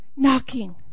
Knocking